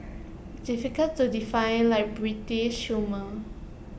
difficult to define like British humour